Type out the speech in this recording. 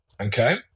okay